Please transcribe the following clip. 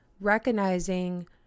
recognizing